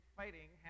fighting